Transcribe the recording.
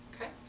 Okay